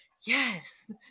yes